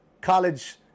college